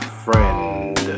friend